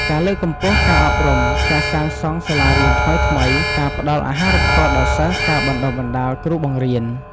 ការលើកកម្ពស់ការអប់រំ ការសាងសង់សាលារៀនថ្មីៗ ការផ្ដល់អាហារូបករណ៍ដល់សិស្ស ការបណ្ដុះបណ្ដាលគ្រូបង្រៀន។